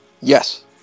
Yes